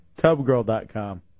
TubGirl.com